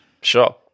Sure